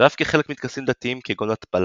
ואף כחלק מטקסים דתיים כגון הטבלה.